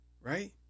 right